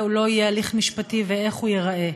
או לא יהיה הליך משפטי ואיך הוא ייראה.